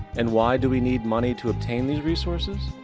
and why do we need money to obtain these resources?